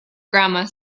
grammar